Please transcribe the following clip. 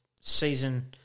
season